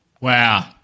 Wow